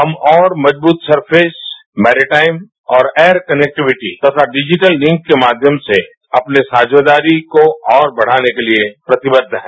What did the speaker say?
हम और मजबूत सर्फेस मैरीटाइन और एयरक्नैक्टिविटी तथा डिजिटल लिंक के माध्यम से अपनी साझेदारी को और बढ़ाने के लिए प्रतिबद्ध है